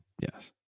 yes